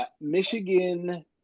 Michigan